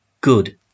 good